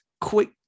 quick